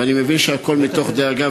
ואני מבין שהכול מתוך דאגה,